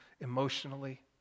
emotionally